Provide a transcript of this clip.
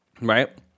Right